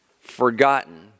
forgotten